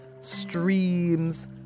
streams